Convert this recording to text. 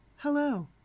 Hello